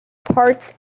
parts